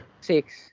Six